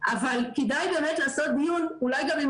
אבל כדאי באמת לעשות דיון אולי גם עם